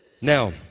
Now